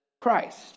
Christ